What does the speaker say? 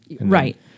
Right